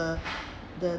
uh the